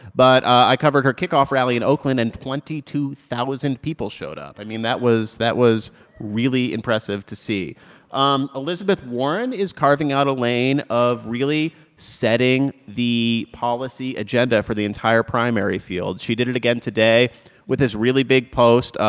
but i covered her kickoff rally in oakland, and twenty two thousand people showed up. i mean, that was that was really impressive to see um elizabeth warren is carving out a lane of really setting the policy agenda for the entire primary field. she did it again today with this really big post,